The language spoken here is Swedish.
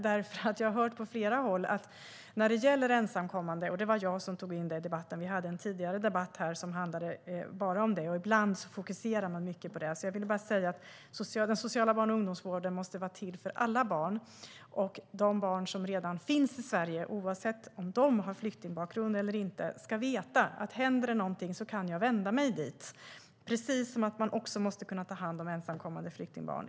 Det var jag som tog in frågan om ensamkommande i debatten, och vi hade en tidigare debatt här som handlade bara om dem. Ibland fokuserar man mycket på dem. Jag vill bara säga att den sociala barn och ungdomsvården måste vara till för alla barn. Och de barn som finns i Sverige, oavsett om de har flyktingbakgrund eller inte, ska veta att om det händer någonting kan de vända sig dit. På samma sätt måste man kunna ta hand om ensamkommande flyktingbarn.